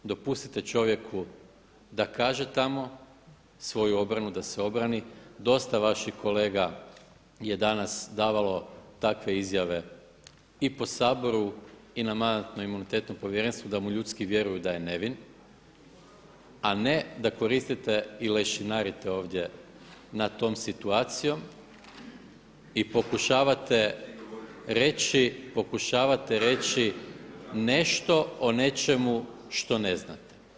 Dopustite čovjeku da kaže tamo svoju obranu da se obrani, dosta vaših kolega je danas davalo takve izjave i po Saboru i na Mandatno-imunitetnom povjerenstvu da mu ljudski vjeruju da je nevin, a ne da koristite i lešinarite ovdje nad tom situacijom i pokušavate reći nešto o nečemu što ne znate.